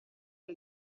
del